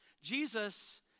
Jesus